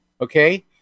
okay